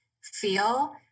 feel